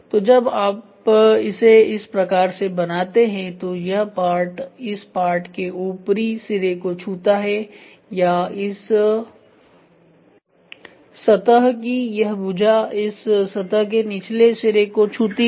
तो जब आप इसे इस प्रकार से बनाते हैं तो यह पार्ट इस पार्ट के ऊपरी सिरे को छूता है या इस शहर की यह भुजा इस सतह के निचले सिरे को छूती है